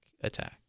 attack